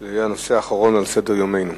וזה הנושא האחרון על סדר-יומנו.